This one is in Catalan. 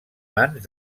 mans